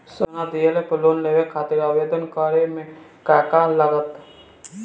सोना दिहले पर लोन लेवे खातिर आवेदन करे म का का लगा तऽ?